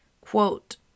Quote